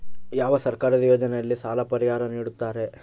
ಯಾವ ಸರ್ಕಾರದ ಯೋಜನೆಯಲ್ಲಿ ಸಾಲ ಪರಿಹಾರ ನೇಡುತ್ತಾರೆ?